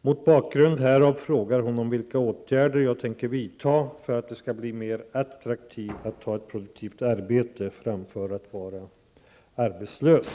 Mot bakgrund härav frågar hon om vilka åtgärder jag tänker vidta för att det skall bli mer attraktivt att ta ett produktivt arbete framför att vara arbetslös.